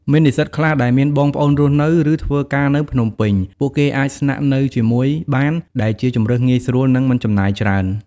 មាននិស្សិតខ្លះដែលមានបងប្អូនរស់នៅ ឬធ្វើការនៅភ្នំពេញ ពួកគេអាចស្នាក់នៅជាមួយបាន ដែលជាជម្រើសងាយស្រួលនិងមិនចំណាយច្រើន។